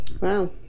wow